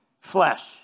flesh